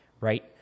right